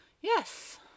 Yes